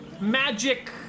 magic